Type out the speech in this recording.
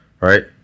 Right